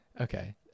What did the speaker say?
okay